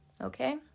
okay